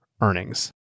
earnings